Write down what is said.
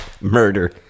Murder